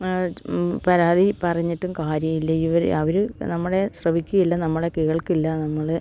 പരാതി പറഞ്ഞിട്ടും കാര്യമില്ല ഇവര് അവര് നമ്മളെ ശ്രവിക്കില്ല നമ്മളെ കേൾക്കില്ല നമ്മളെ